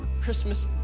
Christmas